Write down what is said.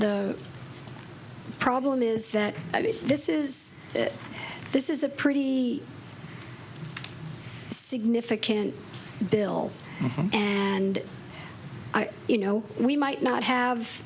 the problem is that i mean this is this is a pretty significant bill and you know we might not have